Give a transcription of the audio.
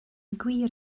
gwir